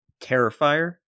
terrifier